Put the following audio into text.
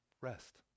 rest